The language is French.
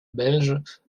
belges